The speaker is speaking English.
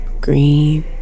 green